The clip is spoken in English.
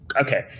okay